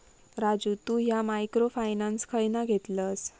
राजू तु ह्या micro finance खयना घेतलस?